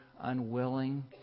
unwilling